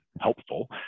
helpful